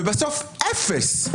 ובסוף אפס,